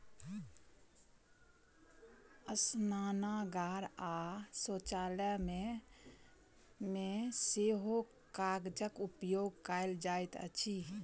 स्नानागार आ शौचालय मे सेहो कागजक उपयोग कयल जाइत अछि